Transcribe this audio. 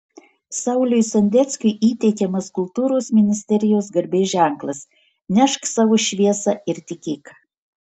sauliui sondeckiui įteikiamas kultūros ministerijos garbės ženklas nešk savo šviesą ir tikėk